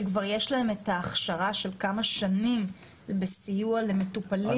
שיש להן הכשרה של כמה שנים בסיוע למטופלים?